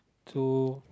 to